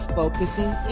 focusing